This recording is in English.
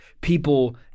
people